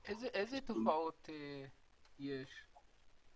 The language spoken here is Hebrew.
אילו תופעות יש?